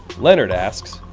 leonard asks,